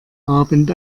abend